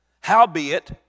Howbeit